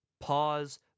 Pause